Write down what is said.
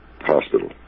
hospital